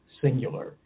singular